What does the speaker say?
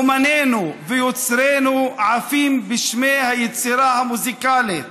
אומנינו ויוצרינו עפים בשמי היצירה המוזיקלית,